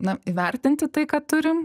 na įvertinti tai ką turim